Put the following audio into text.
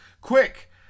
Quick